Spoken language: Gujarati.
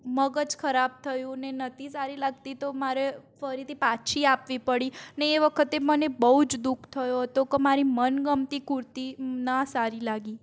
મગજ ખરાબ થયું ને નહોતી સારી લાગતી તો મારે ફરીથી પાછી આપવી પડી ને એ વખતે મને બહુ જ દુખ થયું હતું કે મારી મનગમતી કુર્તી ના સારી લાગી